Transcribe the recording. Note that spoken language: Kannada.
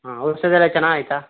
ಹಾಂ ಔಷಧಿ ಎಲ್ಲ ಚೆನ್ನಾಗಿ ಐತಾ